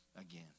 again